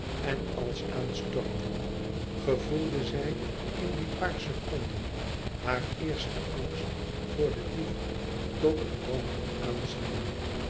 en als aanstormden gevoelde zij in die paar seconden haar eersten angst voor den dief tot een wanhoop